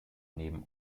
neben